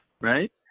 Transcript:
Right